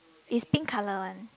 it's pink colour one